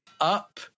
up